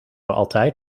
altijd